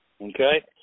Okay